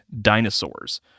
dinosaurs